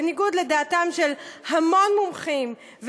בניגוד לדעתם של המון מומחים,